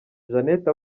jeannette